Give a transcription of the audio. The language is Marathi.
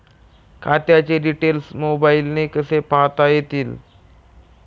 खात्याचे डिटेल्स मोबाईलने कसे पाहता येतील?